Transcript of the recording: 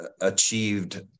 achieved